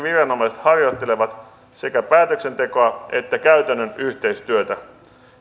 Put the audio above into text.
viranomaiset harjoittelevat sekä päätöksentekoa että käytännön yhteistyötä